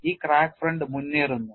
ഈ crack front മുന്നേറുന്നു